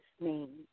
name